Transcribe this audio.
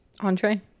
Entree